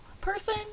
person